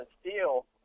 steel